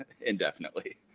indefinitely